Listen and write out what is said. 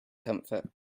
comfort